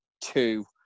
two